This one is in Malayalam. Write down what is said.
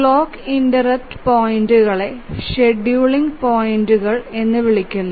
ക്ലോക്ക് ഇന്ററപ്റ്റ് പോയിന്റുകളെ ഷെഡ്യൂളിംഗ് പോയിന്റുകൾ എന്ന് വിളിക്കുന്നു